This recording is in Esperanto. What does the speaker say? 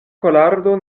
kolardo